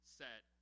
set